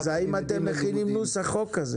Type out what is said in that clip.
האם אתם מכינים נוסח חוק כזה